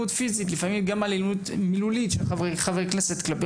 לפעמים יש גם אלימות מילולית של חברי כנסת כלפי